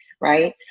right